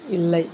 இல்லை